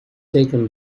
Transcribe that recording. taken